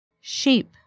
Sheep